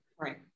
Right